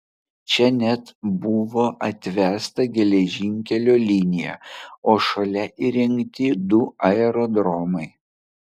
čia net buvo atvesta geležinkelio linija o šalia įrengti du aerodromai